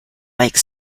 like